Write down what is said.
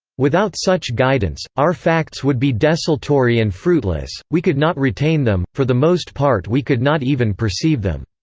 without such guidance, our facts would be desultory and fruitless we could not retain them for the most part we could not even perceive them.